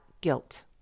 guilt